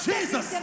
Jesus